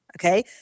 Okay